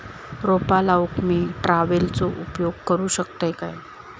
रोपा लाऊक मी ट्रावेलचो उपयोग करू शकतय काय?